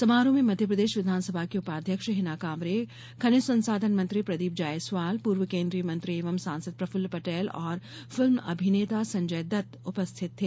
समारोह में मध्यप्रदेश विधानसभा की उपाध्यक्ष हिना कांवरे खनिज संसाधन मंत्री प्रदीप जायसवाल पूर्व केन्द्रीय मंत्री एवं सांसद प्रफुल्ल पटेल और फिल्म अभिनेता संजय दत्त उपस्थित थे